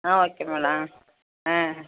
ஆ okay madam ஆ